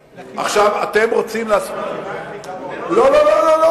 לא, לא.